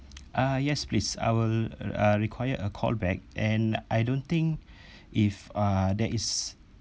uh yes please I'll uh require a call back and I don't think if uh there is